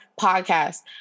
podcast